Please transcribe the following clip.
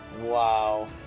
Wow